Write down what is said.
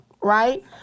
Right